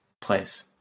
place